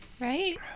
Right